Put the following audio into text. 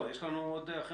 יש לנו עוד אחרים.